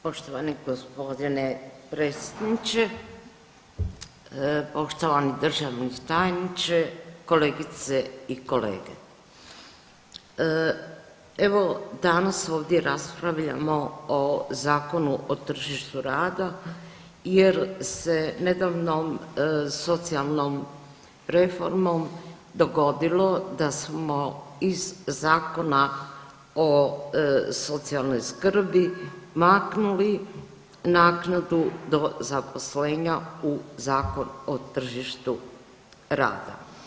Poštovani gospodine predsjedniče, poštovani državni tajniče, kolegice i kolege, evo danas ovdje raspravljamo o Zakonu o tržištu rada jer se nedavnom socijalnom reformom dogodilo da smo iz Zakona o socijalnoj skrbi maknuli naknadu do zaposlenja u Zakon o tržištu rada.